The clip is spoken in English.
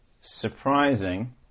surprising